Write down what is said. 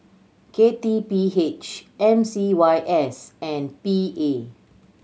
K T P H M C Y S and P A